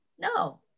No